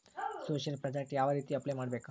Social project ಯಾವ ರೇತಿ apply ಮಾಡಬೇಕು?